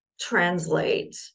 translate